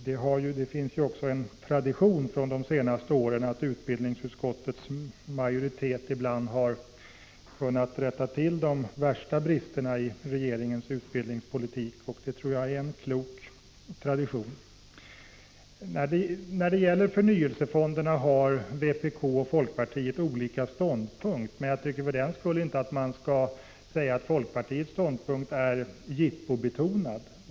Det finns ju också en tradition från de senaste åren att utbildningsutskottets majoritet ibland har kunnat rätta till de värsta bristerna i regeringens utbildningspolitik. Det tror jag är en klok tradition. När det gäller förnyelsefonderna har vpk och folkpartiet olika ståndpunkt, men jag tycker inte att man för den skull skall säga att folkpartiets ståndpunkt är jippobetonad.